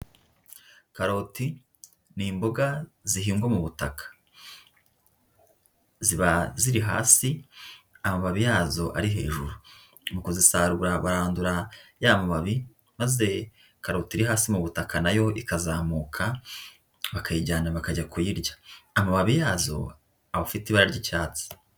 Karoti ni imboga zihingwa mu butaka. Ziba ziri hasi, amababi yazo ari hejuru. Mu kuzisarura barandura ya mababi, maze karoti iri hasi mu butaka na yo ikazamuka, bakayijyana bakajya kuyirya. Amababi yazo aba afite ibara ry'icyatsi.